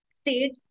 state